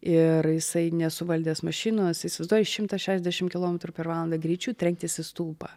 ir jisai nesuvaldęs mašinos įsivaizduoji šimtas šešdešimt kilometrų per valandą greičiu trenktis į stulpą